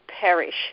perish